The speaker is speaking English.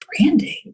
branding